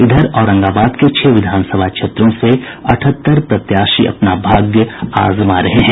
इधर औरंगाबाद के छह विधानसभा क्षेत्रों से अठहत्तर प्रत्याशी अपना भाग्य आजमा रहे हैं